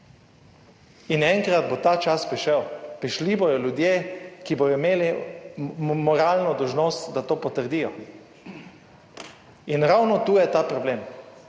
in enkrat bo ta čas prišel. Prišli bodo ljudje, ki bodo imeli moralno dolžnost, da to potrdijo. In ravno tu je ta problem.